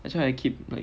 that's why I keep like